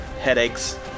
headaches